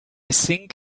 think